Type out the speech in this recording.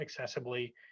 accessibly